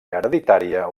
hereditària